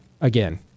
again